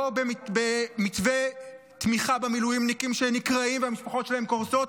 לא במתווה תמיכה במילואימניקים שנקרעים והמשפחות שלהם קורסות,